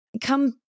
come